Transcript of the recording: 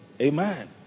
amen